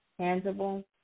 tangible